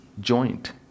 joint